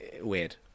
weird